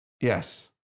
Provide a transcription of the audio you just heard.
Yes